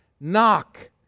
Knock